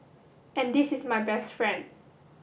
and this is my best friend